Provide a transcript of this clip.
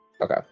Okay